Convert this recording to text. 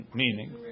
meaning